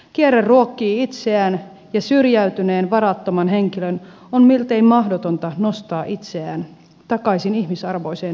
kierre ruokkii itseään ja syrjäytyneen varattoman henkilön on miltei mahdotonta nostaa itseään takaisin ihmisarvoiseen elämään